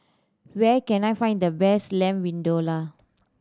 where can I find the best Lamb Vindaloo